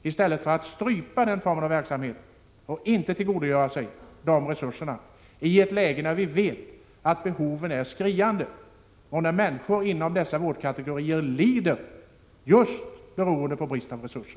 I stället stryper man denna form av verksamhet och tillgodogör sig inte denna resurs i ett läge när vi vet att behoven är skriande och människor inom dessa vårdkategorier lider just beroende på brist på resurser.